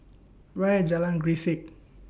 Where IS Jalan Grisek